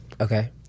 Okay